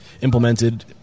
implemented